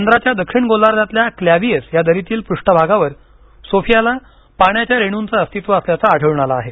चंद्राच्या दक्षिण गोलार्धातल्या क्लॅव्हियस या दरीतील पृष्ठभागावर सोफियाला पाण्याच्या रेणूंचं अस्तित्व असल्याचं आढळून आलं आहे